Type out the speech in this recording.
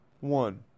one